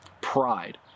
Pride